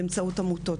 באמצעות עמותות.